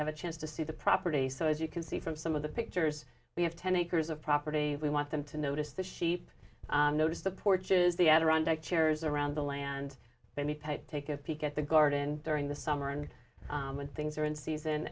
have a chance to see the property so as you can see from some of the pictures we have ten acres of property we want them to notice the sheep notice the porches the adirondack chairs around the land they need to take a peek at the garden during the summer and when things are in season